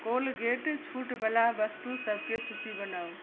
Colgate छूट बला वस्तुसबकेँ सूची बनाउ